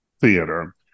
theater